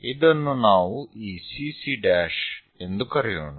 ಇದನ್ನು ನಾವು ಈ CC ಎಂದು ಕರೆಯೋಣ